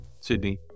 Sydney